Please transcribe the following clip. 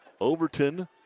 Overton